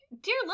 dear